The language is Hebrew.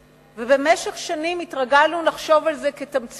במשך שנים התרגלנו לחשוב על זה כתמצית הציונות,